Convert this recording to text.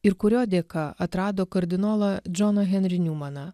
ir kurio dėka atrado kardinolo džono henri numaną